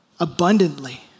Abundantly